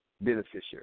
beneficiary